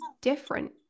different